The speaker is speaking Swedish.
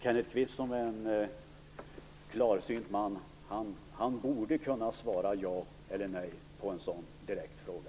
Kenneth Kvist, som är en klarsynt man, borde kunna svara ja eller nej på en sådan direkt fråga.